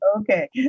Okay